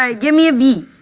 um give me a beat.